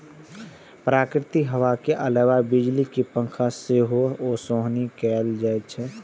प्राकृतिक हवा के अलावे बिजली के पंखा से सेहो ओसौनी कैल जाइ छै